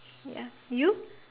ya you